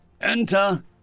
enter